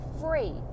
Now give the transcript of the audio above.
free